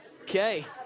Okay